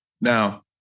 Now